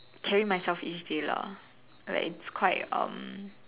carry myself each day lah like it's quite um